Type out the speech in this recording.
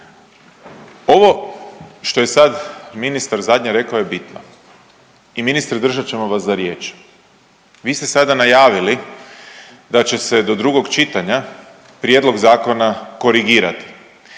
Ovo što je sad ministar zadnje rekao je bitno i ministre držat ćemo vas za riječ. Vi ste sada najavili da će se do drugog čitanja prijedlog zakona korigirati,